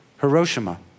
Hiroshima